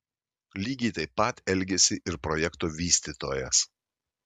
lygiai taip pat elgėsi ir projekto vystytojas